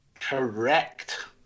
Correct